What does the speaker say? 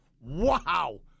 Wow